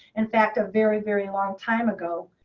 in fact, a very, very long time ago,